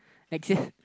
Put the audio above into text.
like